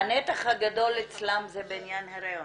הטרדות מיניות -- הנתח הגדול אצלם זה בעניין הריון.